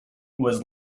was